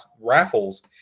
raffles